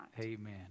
amen